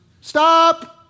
Stop